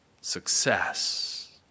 success